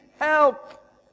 help